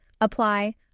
Apply